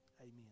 amen